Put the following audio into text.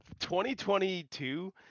2022